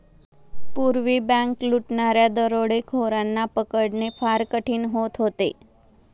पूर्वी बँक लुटणाऱ्या दरोडेखोरांना पकडणे फार कठीण होत होते